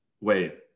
wait